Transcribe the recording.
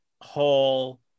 Hall